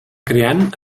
creant